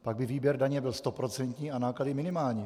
Pak by výběr daně byl stoprocentní a náklady minimální.